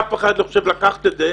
אף אחד לא חושב לקחת את הסכום הזה